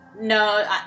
No